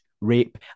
rape